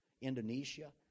Indonesia